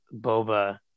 Boba